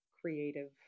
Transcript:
creative